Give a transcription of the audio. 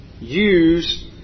use